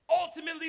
Ultimately